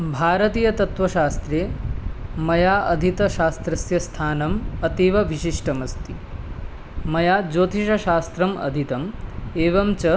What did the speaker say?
भारतीयतत्त्वशास्त्रे मया अधितं शास्त्रस्य स्थानम् अतीव विशिष्टमस्ति मया ज्योतिषशास्त्रम् अधीतम् एवं च